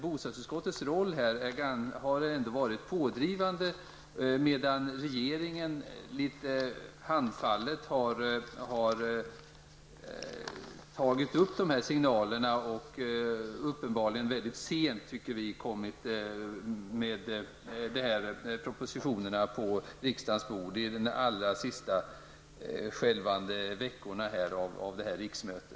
Bostadsutskottet har varit pådrivande i denna fråga, medan regeringen litet handfallet och uppenbarligen väldigt sent har reagerat på signalerna och på riksdagens bord lagt fram en proposition under de allra sista skälvande veckorna av detta riksmöte.